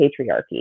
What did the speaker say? patriarchy